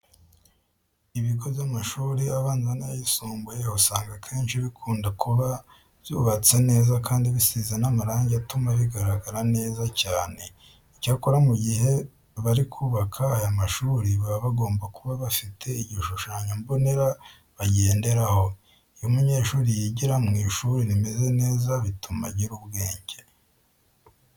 Ibigo by'amashuri abanza n'ayisumbuye usanga akenshi bikunda kuba byubatse neza kandi bisize n'amarange atuma bigaragara neza cyane. Icyakora mu gihe bari kubaka aya mashuri baba bagomba kuba bafite igishushanyo mbonera bagenderaho. Iyo umunyeshuri yigira mu ishuri rimeze neza bituma agira ubwenge.